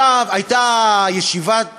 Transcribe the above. הייתה ישיבת